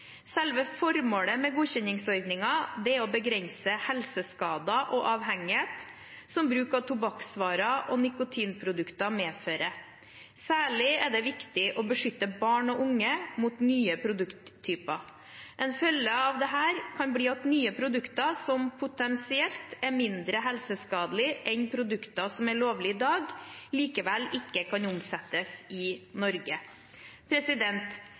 Selve formålet med godkjenningsordningen er å begrense helseskader og avhengighet som bruk av tobakksvarer og nikotinprodukter medfører. Særlig er det viktig å beskytte barn og unge mot nye produkttyper. En følge av dette kan bli at nye produkter som potensielt er mindre helseskadelige enn produkter som er lovlige i dag, likevel ikke kan omsettes i Norge.